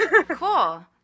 Cool